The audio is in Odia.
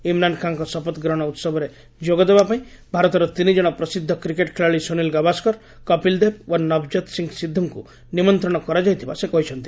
ଇମ୍ରାନ୍ ଖାଁଙ୍କ ଶପଥଗ୍ରହଣ ଉହବରେ ଯୋଗଦେବା ପାଇଁ ଭାରତର ତିନିଜ୍ଚଣ ପ୍ରସିଦ୍ଧ କ୍ରିକେଟ୍ ଖେଳାଳି ସୁନୀଲ ଗାଭାସ୍କର କପିଲ ଦେବ ଓ ନବକ୍କିତ୍ ସିଂ ସିଦ୍ଧୁଙ୍କୁ ନିମନ୍ତ୍ରଣ କରାଯାଇଥିବା ସେ କହିଛନ୍ତି